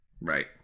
Right